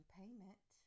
payment